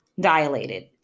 dilated